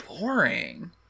boring